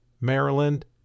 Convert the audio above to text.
Maryland